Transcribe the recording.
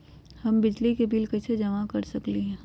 हम बिजली के बिल कईसे जमा कर सकली ह?